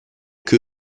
que